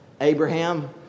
Abraham